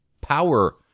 power